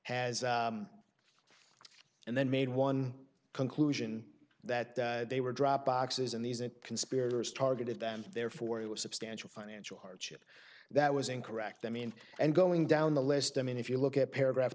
as and then made one conclusion that they were drop boxes and these and conspirators targeted them therefore it was substantial financial hardship that was incorrect i mean and going down the list i mean if you look at paragraph